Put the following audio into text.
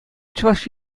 чӑваш